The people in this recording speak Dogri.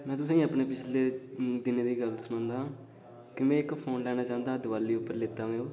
में तुसेंगी अपने पिछले दिनें दी गल्ल सनांदा केह् में इक फोन लैना चांह्दा दिवाली उप्पर लैता में ओह्